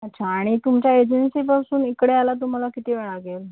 अच्छा आणि तुमच्या एजंसीपासून इकडे यायला तुम्हाला किती वेळ लागेल